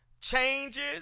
changes